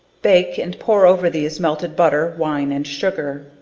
bake and pour over these melted butter, wine and sugar.